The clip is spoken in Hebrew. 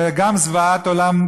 זה גם זוועת עולם,